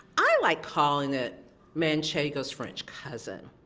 i like calling it manchego's french cousin.